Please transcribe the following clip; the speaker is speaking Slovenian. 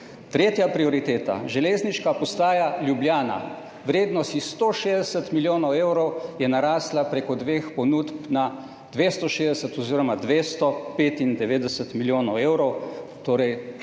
Tretja prioriteta: železniška postaja Ljubljana, vrednost je s 160 milijonov evrov narasla prek dveh ponudb na 260 oziroma 295 milijonov evrov, torej